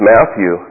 Matthew